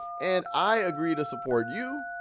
and i agree to support you,